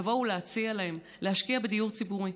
לבוא ולהציע להם להשקיע בדיור ציבורי,